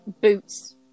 Boots